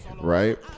right